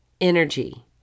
energy